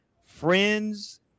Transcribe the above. Friends